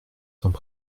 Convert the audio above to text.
cents